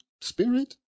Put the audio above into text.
spirit